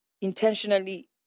intentionally